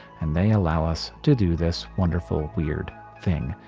and they allow us to do this wonderful, weird thing.